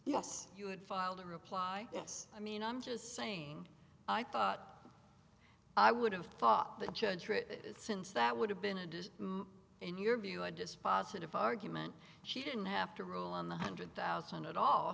yes you had filed a reply yes i mean i'm just saying i thought i would have thought the judge since that would have been a does in your view a dispositive argument she didn't have to rule on the hundred thousand at all